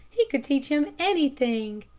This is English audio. he could teach him anything.